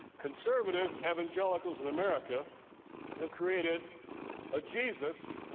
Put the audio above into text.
conservative evangelicals in america have created a jesus